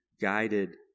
guided